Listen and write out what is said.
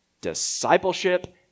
Discipleship